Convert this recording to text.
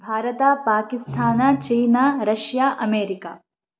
भारतं पाकिस्थान चीना रष्या अमेरिका